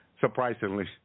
surprisingly